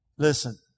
Listen